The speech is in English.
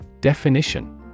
Definition